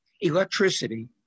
electricity